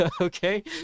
Okay